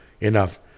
enough